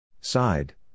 Side